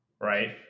right